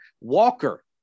Walker